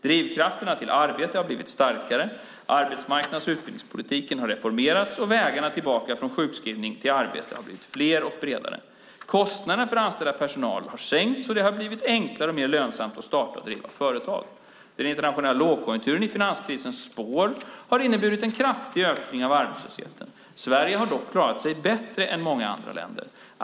Drivkrafterna till arbete har blivit starkare, arbetsmarknads och utbildningspolitiken har reformerats, och vägarna tillbaka från sjukskrivning till arbete har blivit fler och bredare. Kostnaderna för att anställa personal har sänkts, och det har blivit enklare och mer lönsamt att starta och driva företag. Den internationella lågkonjunkturen i finanskrisens spår har inneburit en kraftig ökning av arbetslösheten. Sverige har dock klarat sig bättre än många andra länder.